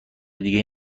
دیگهای